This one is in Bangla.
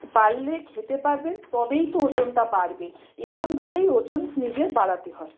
বাড়লে খেতে পারবেন তবেই তো ওজনটা বাড়বে এরকমভাবেই ওজন নিজের বাড়াতে হয়